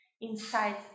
inside